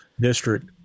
District